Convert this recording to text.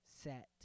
set